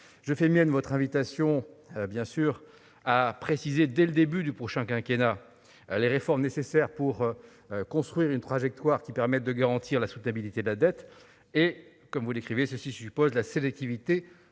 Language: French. je fais mienne votre invitation à préciser dès le début du prochain quinquennat « les réformes nécessaires pour construire une trajectoire qui permette de garantir la soutenabilité de la dette ». Cela suppose, comme vous l'écrivez, de « faire preuve de sélectivité